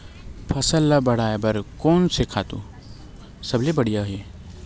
फसल ला बढ़ाए बर कोन से खातु सबले बढ़िया हे?